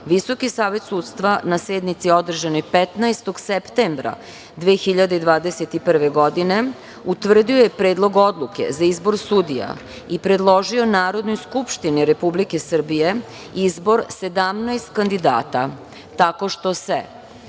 Visoki savet sudstva, na sednici održanoj 15. septembra 2021. godine, utvrdio je Predlog odluke za izbor sudija i predložio Narodnoj skupštini Republike Srbije izbor 17 kandidata, tako što se: